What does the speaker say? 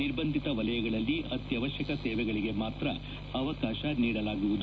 ನಿರ್ಬಂಧಿತ ವಲಯಗಳಲ್ಲಿ ಅತ್ಯವಶ್ಯಕ ಸೇವೆಗಳಿಗೆ ಮಾತ್ರ ಅವೆಕಾಶ ನೀಡಲಾಗುವುದೆ